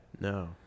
No